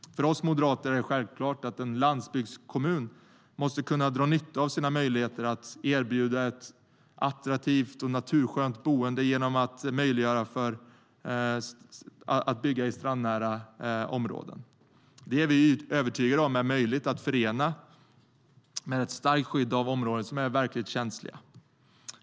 För oss moderater är det självklart att en landsbygdskommun måste kunna dra nytta av sina möjligheter att erbjuda ett attraktivt och naturskönt boende genom att bygga i strandnära områden. Vi är övertygade om att det är möjligt att förena med ett starkt skydd av områden som är verkligt känsliga.